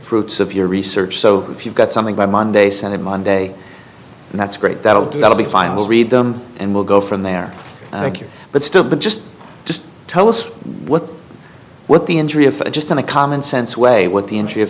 fruits of your research so if you've got something by monday send it monday and that's great that'll do that'll be fine we'll read them and we'll go from there but still but just just tell us what the what the injury if it just in the common sense way with the entry of